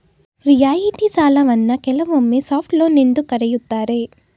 ರಿಯಾಯಿತಿ ಸಾಲವನ್ನ ಕೆಲವೊಮ್ಮೆ ಸಾಫ್ಟ್ ಲೋನ್ ಎಂದು ಕರೆಯುತ್ತಾರೆ